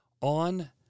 on